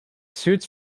suits